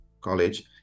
College